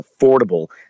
affordable